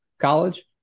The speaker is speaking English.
college